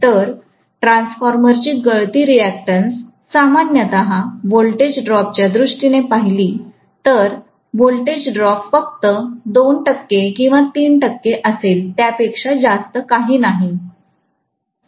तर ट्रान्सफॉर्मरची गळती रियाकटन्स सामान्यत व्होल्टेज ड्रॉपच्या दृष्टीने पाहिली तर व्होल्टेज ड्रॉप फक्त 2 टक्के किंवा 3 टक्के असेल त्यापेक्षा जास्त काही नाही